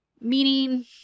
meaning